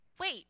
wait